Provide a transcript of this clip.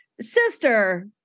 sister